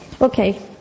Okay